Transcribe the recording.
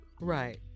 Right